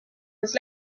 his